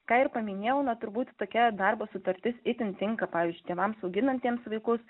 ką ir paminėjau na turbūt tokia darbo sutartis itin tinka pavyzdžiui tėvams auginantiems vaikus